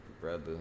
Brother